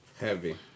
heavy